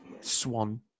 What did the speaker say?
Swan